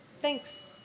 thanks